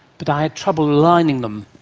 but i had trouble aligning them.